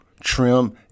trim